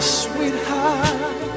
sweetheart